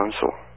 council